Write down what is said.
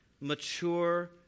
mature